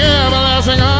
everlasting